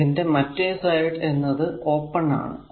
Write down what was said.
ഇതിന്റെ മറ്റേ സൈഡ് എന്നത് ഓപ്പൺ ആണ്